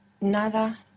nada